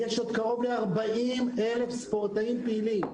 כאשר יש עוד קרוב ל-40,000 שחקנים פעילים,